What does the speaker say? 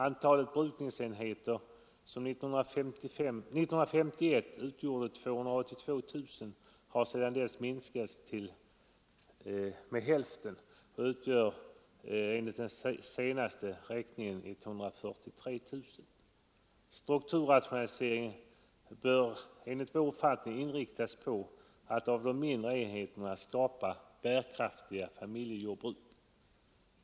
Antalet jordbruksenheter som år 1961 utgjorde 282 000 har sedan dess minskat med nära hälften och utgör enligt senaste räkning 143 000. Strukturrationaliseringen bör inriktas på att av mindre enheter skapa bärkraftiga jordbruk.